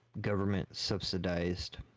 government-subsidized